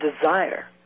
desire